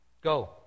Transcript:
go